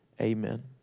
amen